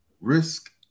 Risk